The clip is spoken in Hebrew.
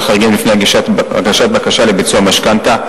חריגים לפני הגשת בקשה לביצוע משכנתה),